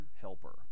helper